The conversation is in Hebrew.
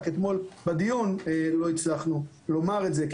רק שאתמול בדיון אתמול לא הצלחנו לומר את זה.